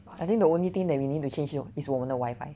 I think that the only thing that we need to change is 我们的 wifi